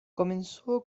comenzó